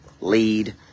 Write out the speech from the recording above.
lead